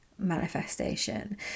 manifestation